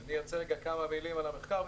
אני ארצה רגע כמה מילים על המחקר.